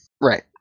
Right